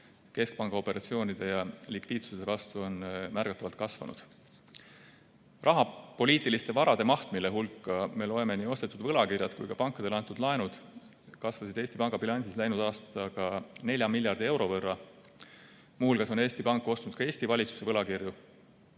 keskpanga operatsioonide ja likviidsuse vastu on märgatavalt kasvanud. Rahapoliitiliste varade maht, mille hulka me loeme nii ostetud võlakirjad kui ka pankadele antud laenud, kasvas Eesti Panga bilansis läinud aastaga 4 miljardi euro võrra. Muu hulgas on Eesti Pank ostnud ka Eesti valitsuse võlakirju.